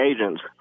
agents